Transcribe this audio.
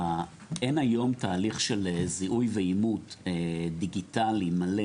אין היום תהליך של זיהוי ואימות דיגיטלי מלא